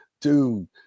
dude